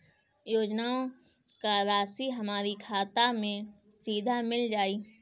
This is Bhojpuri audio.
योजनाओं का राशि हमारी खाता मे सीधा मिल जाई?